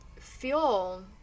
feel